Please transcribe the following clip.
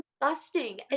disgusting